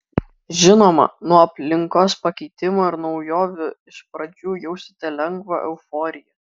žinoma nuo aplinkos pakeitimo ir naujovių iš pradžių jausite lengvą euforiją